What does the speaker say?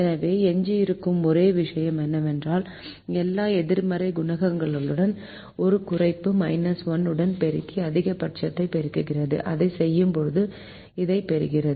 எனவே எஞ்சியிருக்கும் ஒரே விஷயம் என்னவென்றால் எல்லா எதிர்மறை குணகங்களுடனும் ஒரு குறைப்பு 1 உடன் பெருக்கி அதிகபட்சத்தைப் பெறுகிறது அதைச் செய்யும்போது இதைப் பெறுகிறோம்